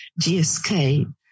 GSK